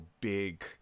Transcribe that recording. big